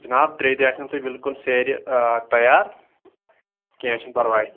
جِناب ترٛیہِ دۄہہِ آسَن تۄہہِ بِلکُل سیرِ تَیار کیٚنٛہہ چھُنہٕ پَرواے